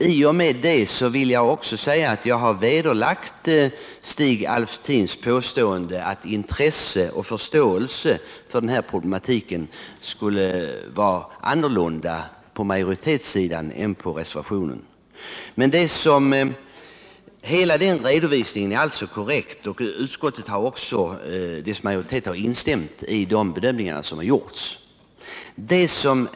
I och med detta har jag också vederlagt Stig Alftins påstående att utskottsmajoriteten skulle ha mindre intresse och förståelse för den här problematiken än reservanterna. Hela den redovisning som gjorts av motionärerna är korrekt, och utskottet har också instämt i de bedömningar som gjorts.